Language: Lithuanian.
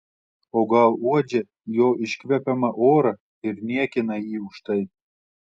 o gal uodžia jo iškvepiamą orą ir niekina jį už tai